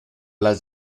las